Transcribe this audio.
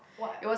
what